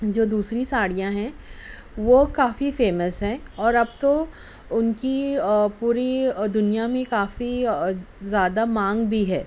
جو دوسری ساڑھیاں ہیں وہ کافی فیمس ہیں اور اب تو اُن کی پوری دنیا میں کافی زیادہ مانگ بھی ہے